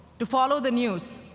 to follow the news.